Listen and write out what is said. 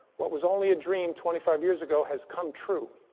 what was only a dream twenty five years ago has come true.